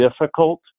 difficult